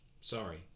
sorry